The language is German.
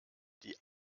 die